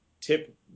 tip